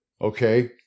okay